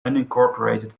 unincorporated